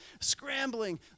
scrambling